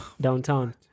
downtown